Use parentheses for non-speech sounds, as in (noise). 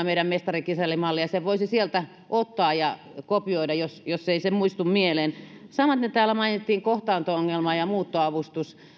(unintelligible) meidän mestari kisälli malli ja sen voisi sieltä ottaa ja kopioida jos se ei muistu mieleen samaten täällä mainittiin kohtaanto ongelma ja muuttoavustus